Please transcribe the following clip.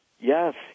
Yes